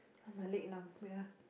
my leg numb wait ah